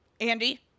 Andy